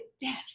death